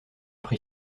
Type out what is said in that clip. pris